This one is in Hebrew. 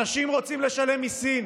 אנשים רוצים לשלם מיסים